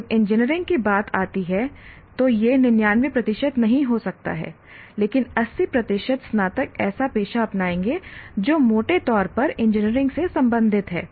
जब इंजीनियरिंग की बात आती है तो यह 99 प्रतिशत नहीं हो सकता है लेकिन 80 प्रतिशत स्नातक ऐसा पेशा अपनाएंगे जो मोटे तौर पर इंजीनियरिंग से संबंधित है